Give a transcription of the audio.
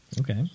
Okay